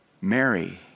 Mary